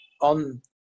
on